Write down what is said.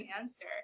answer